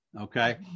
okay